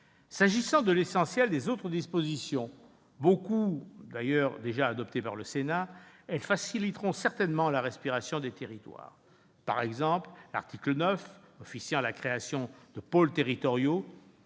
ici ? L'essentiel des autres dispositions, dont beaucoup ont, d'ailleurs, déjà été adoptées par le Sénat, faciliteront certainement la respiration des territoires. Par exemple, l'article 9 officialise la création de « pôles territoriaux